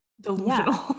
delusional